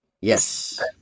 Yes